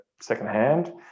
secondhand